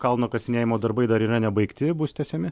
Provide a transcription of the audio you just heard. kalno kasinėjimo darbai dar yra nebaigti bus tęsiami